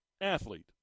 athlete